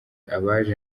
abaje